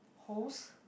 host